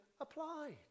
applied